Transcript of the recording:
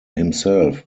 himself